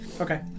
Okay